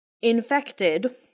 infected